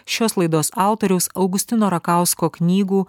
šios laidos autoriaus augustino rakausko knygų